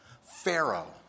Pharaoh